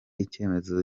icyemezo